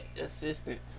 assistant